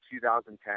2010